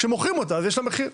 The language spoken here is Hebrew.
כשמוכרים אותה ויש לה מחיר.